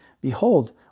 behold